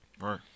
Right